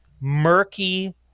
murky